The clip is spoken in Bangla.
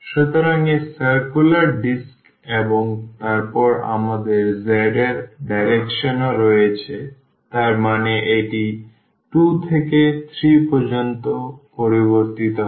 সুতরাং এটি circular disc এবং তারপরে আমাদের z এর ডাইরেকশনও রয়েছে তার মানে এটি 2 থেকে 3 পর্যন্ত পরিবর্তিত হয়